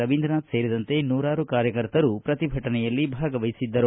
ರವೀಂದ್ರನಾಥ್ ಸೇರಿದಂತೆ ನೂರಾರು ಕಾರ್ಯಕರ್ತರು ಪ್ರತಿಭಟನೆಯಲ್ಲಿ ಭಾಗವಹಿಸಿದ್ದರು